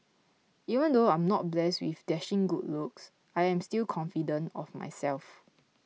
even though I'm not blessed with dashing good looks I am still confident of myself